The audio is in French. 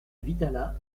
vidalat